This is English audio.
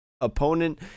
opponent